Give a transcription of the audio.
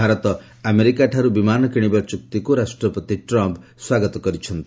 ଭାରତ ଆମେରିକାଠାରୁ ବିମାନ କିଣିବା ଚୁକ୍ତିକୁ ରାଷ୍ଟ୍ରପତି ଟ୍ରମ୍ପ ସ୍ୱାଗତ କରିଛନ୍ତି